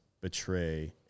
betray